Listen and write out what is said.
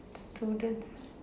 students